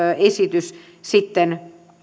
esitys sitten